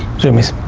zumiez.